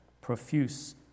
profuse